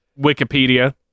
Wikipedia